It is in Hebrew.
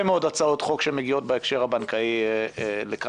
מאוד הצעות חוק שמגיעות בהקשר הבנקאי לכאן,